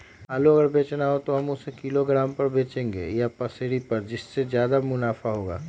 आलू अगर बेचना हो तो हम उससे किलोग्राम पर बचेंगे या पसेरी पर जिससे ज्यादा मुनाफा होगा?